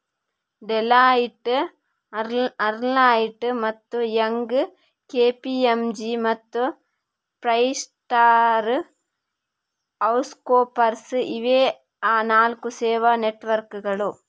Deloitte, Ernst ಮತ್ತು Young, KPMG ಮತ್ತು PricewaterhouseCoopers ಇವೇ ಆ ನಾಲ್ಕು ಸೇವಾ ನೆಟ್ವರ್ಕ್ಕುಗಳು